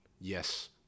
yes